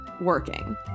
working